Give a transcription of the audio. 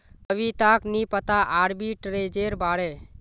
कविताक नी पता आर्बिट्रेजेर बारे